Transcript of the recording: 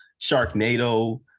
Sharknado